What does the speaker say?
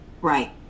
right